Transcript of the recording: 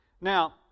Now